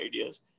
ideas